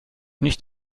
nicht